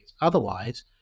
Otherwise